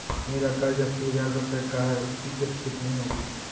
मेरा कर्ज अस्सी हज़ार रुपये का है उसकी किश्त कितनी होगी?